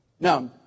Now